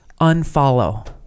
unfollow